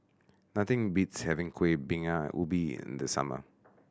nothing beats having Kuih Bingka Ubi in the summer